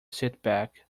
setback